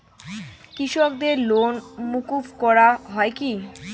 কৃষকদের লোন মুকুব করা হয় কি?